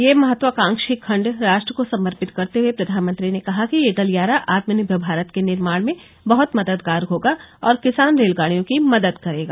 यह महत्वाकांक्षी खंड राष्ट्र को समर्पित करते हुए प्रधानमंत्री ने कहा कि यह गलियारा आत्मनिर्भर भारत के निर्माण में बहुत मददगार होगा और किसान रेलगाडियों की मदद करेगा